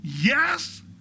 Yes